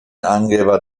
angeber